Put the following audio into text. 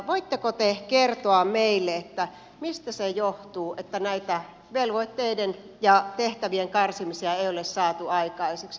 voitteko te kertoa meille mistä se johtuu että näitä velvoitteiden ja tehtävien karsimisia ei ole saatu aikaiseksi